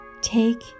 Take